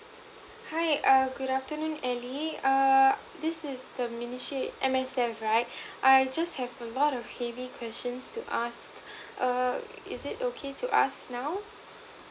hi err good afternoon ally err this is the ministry M_S_F right I just have a lot of heavy questions to ask err is it okay to ask now